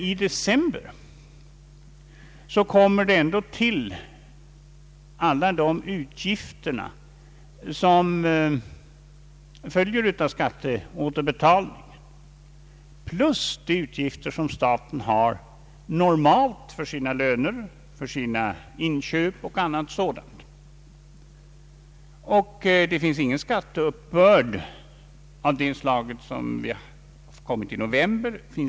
I december tillkommer alla de utgifter som följer av skatteåterbetalningen plus de utgifter som staten normalt har för sina löner, inköp och annat sådant. I december sker ingen skatteuppbörd av samma slag som i november.